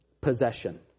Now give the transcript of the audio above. Possession